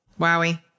Wowie